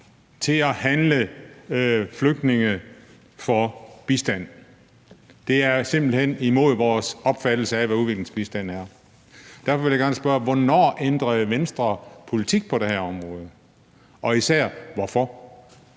til at handle flygtninge for bistand, for det er simpelt hen imod vores opfattelse af, hvad udviklingsbistand er. Derfor vil jeg gerne spørge: Hvornår ændrede Venstre politik på det her område, og især hvorfor?